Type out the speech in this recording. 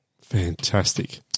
Fantastic